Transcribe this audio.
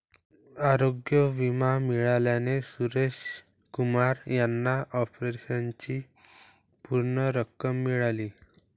आरोग्य विमा मिळाल्याने सुरेश कुमार यांना ऑपरेशनची पूर्ण रक्कम मिळाली